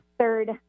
Third